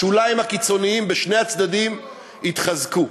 השוליים הקיצוניים בשני הצדדים התחזקו,